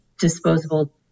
disposable